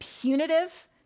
punitive